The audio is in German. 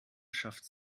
schafften